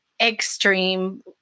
extreme